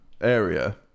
area